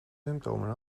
symptomen